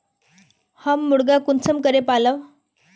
हम मुर्गा कुंसम करे पालव?